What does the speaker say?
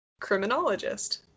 criminologist